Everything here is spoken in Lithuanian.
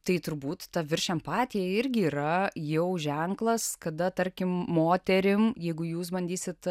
tai turbūt ta virš empatija irgi yra jau ženklas kada tarkim moterim jeigu jūs bandysit